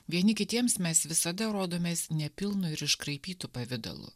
vieni kitiems mes visada rodomės nepilnu ir iškraipytu pavidalu